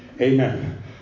Amen